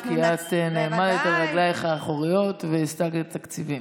כי את נעמדת על רגלייך האחוריות והסטת תקציבים.